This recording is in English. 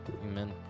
Amen